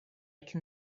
can